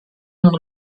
nun